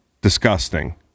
disgusting